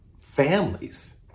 families